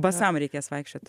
basam reikės vaikščiot